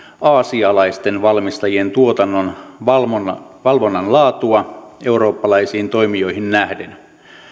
aasialaisten valmistajien tuotannon valvonnan valvonnan laatua eurooppalaisiin toimijoihin nähden